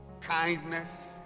Kindness